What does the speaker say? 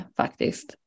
faktiskt